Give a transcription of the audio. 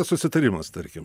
susitarimas tarkim